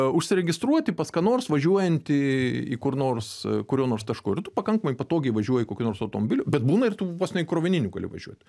užsiregistruoti pas ką nors važiuojantį į kur nors kuriuo nors tašku ir tu pakankamai patogiai važiuoji kokiu nors automobiliu bet būna ir tu vos ne krovininiu gali važiuot